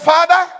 Father